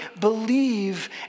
believe